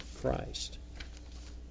Christ